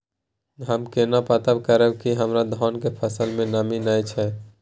हम केना पता करब की हमर धान के फसल में नमी नय छै?